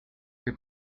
que